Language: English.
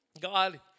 God